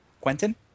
Quentin